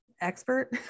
expert